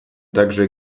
также